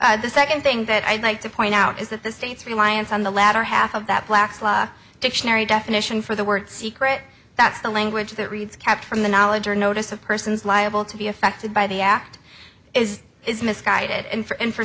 upheld the second thing that i'd like to point out is that the state's reliance on the latter half of that black's law dictionary definition for the word secret that's the language that reads kept from the knowledge or notice of persons liable to be affected by the act is is misguided and for and for